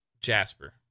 Jasper